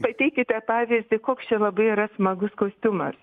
pateikite pavyzdį koks čia labai yra smagus kostiumas